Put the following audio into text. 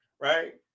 Right